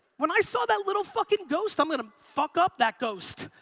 when i saw that little fucking ghost, i'm gonna fuck up that ghost.